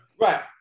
Right